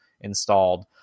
installed